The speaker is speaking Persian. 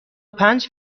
پنج